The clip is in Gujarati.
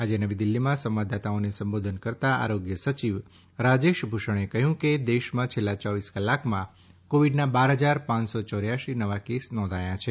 આજે નવી દિલ્ફીમાં સંવાદદાતાઓને સંબોધન કરતાં આરોગ્ય સચિવ રાજેશ ભૂષણે કહ્યું કે દેશમાં છેલ્લા ચોવીસ કલાકમાં કોવિડના બાર હજાર પાંચસો ચોર્યાશી નવા કેસ નોંધાયા છે